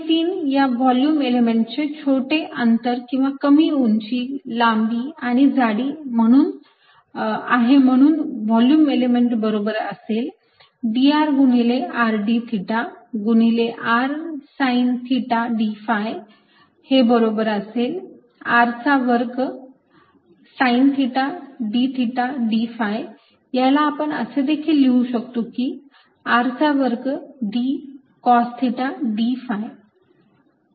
हे 3 या व्हॉल्युम एलिमेंटचे छोटे अंतर किंवा कमी उंची लांबी आणि जाडी आहे म्हणून व्हॉल्युम एलिमेंट बरोबर असेल dr गुणिले r d थिटा गुणिले r sine theta d phi जे बरोबर असेल r चा वर्ग sine theta d theta d phi याला आपण असे देखील लिहू शकतो की r चा वर्ग d cos theta d phi